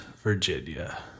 Virginia